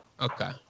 Okay